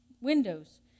windows